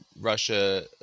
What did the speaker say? Russia